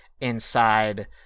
inside